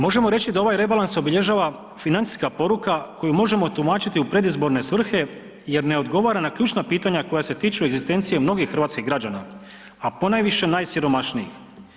Možemo reći da ovaj rebalans obilježava financijska poruka koju možemo tumačiti u predizborne svrhe jer ne odgovara na ključna pitanja koja se tiču egzistencije mnogih hrvatskih građana, a ponajviše najsiromašnijih.